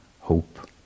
hope